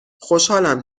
خوشحالم